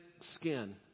skin